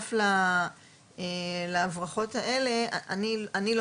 שבנוסף לכל ההברחות האלה, אני לא